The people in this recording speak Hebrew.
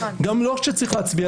גם לא כשצריך להצביע,